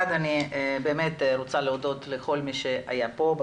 אני באמת רוצה להודות לכל מי שהיה פה,